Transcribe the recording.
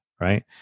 right